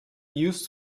used